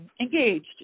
engaged